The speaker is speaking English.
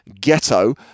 ghetto